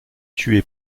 tué